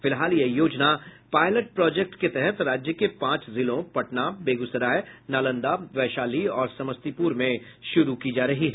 फिलहाल यह योजना पायलट प्रोजेक्ट के तहत राज्य के पांच जिलों पटना बेगूसराय नालंदा वैशाली और समस्तीपुर में शुरू की जा रही है